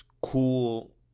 cool